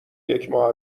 یکماه